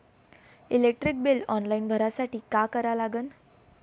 Electric bill online भरासाठी का करा लागन?